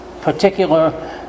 particular